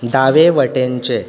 दावे वटेनचें